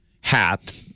hat